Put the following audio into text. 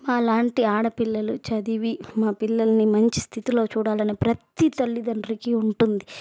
మాలాంటి ఆడపిల్లలు చదివి మా పిల్లలని మంచి స్థితిలో చూడాలని ప్రతి తల్లిదండ్రులకి ఉంటుంది